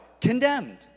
condemned